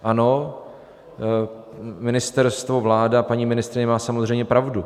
Ano, ministerstvo, vláda, paní ministryně má samozřejmě pravdu.